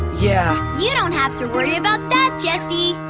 yeah. you don't have to worry about that, jesse.